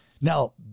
Now